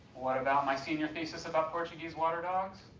what about my senior thesis about portuguese water dogs?